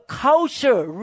culture